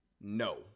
No